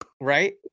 Right